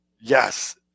Yes